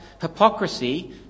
hypocrisy